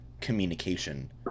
communication